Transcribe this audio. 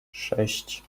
sześć